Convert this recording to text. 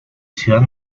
ciudad